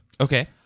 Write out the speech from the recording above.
okay